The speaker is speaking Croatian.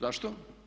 Zašto?